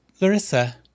Larissa